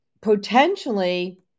potentially